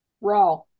Raw